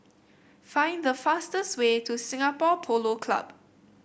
find the fastest way to Singapore Polo Club